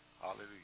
Hallelujah